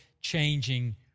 changing